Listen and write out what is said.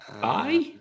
bye